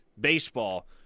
baseball